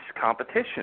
competition